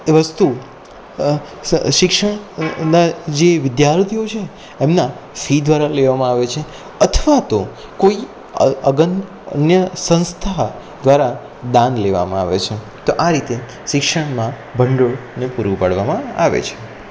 વસ્તુ શિક્ષણના જે વિધાર્થીઓ છે એમના ફી દ્વારા લેવામાં આવે છે અથવા તો કોઈ અગ અગ્ન્ય સંસ્થા દ્વારા દાન લેવામાં આવે છે તો આ રીતે શિક્ષણમાં ભંડોળને પૂરું પાડવામાં આવે છે